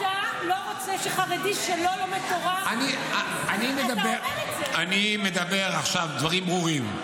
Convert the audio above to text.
אתה לא רוצה שחרדי שלא לומד תורה --- אני מדבר עכשיו דברים ברורים.